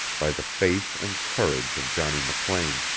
by the faith and courage of johnny mclean.